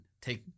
take